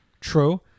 true